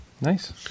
Nice